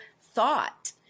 thought